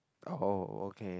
oh okay